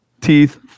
teeth